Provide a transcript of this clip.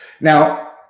Now